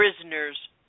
prisoners